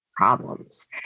problems